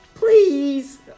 Please